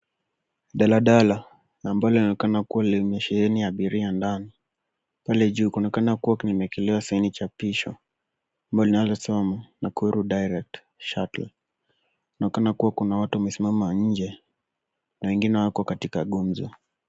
Dalala ambalo linaonekana kuwa limesheheni abiria ndani. Pale juu kunaonekana kuwa kumeekelewa saini chapisho ambalo linasoma Nakuru direct shuttle. Inaonekana kuwa kuna watu ambao wamesimama nje na wengine wako katika gumzo.